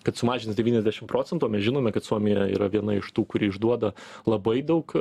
kad sumažins devyniasdešim procentų o mes žinome kad suomija yra viena iš tų kuri išduoda labai daug